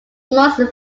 most